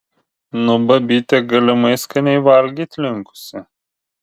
nu babytė galimai skaniai valgyt linkusi